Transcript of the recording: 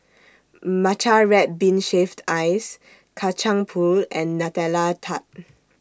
Matcha Red Bean Shaved Ice Kacang Pool and Nutella Tart